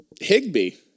Higby